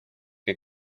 que